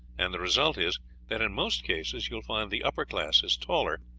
and the result is that in most cases you will find the upper classes taller,